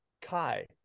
Kai